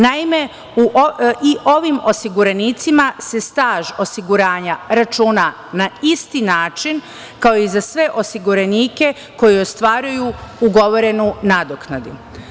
Naime, i ovim osiguranicima se staž osiguranja računa na isti način kao i za sve osiguranike koji ostvaruju ugovorenu nadoknadu.